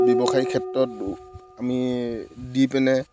ব্যৱসায় ক্ষেত্ৰত আমি দি পিনে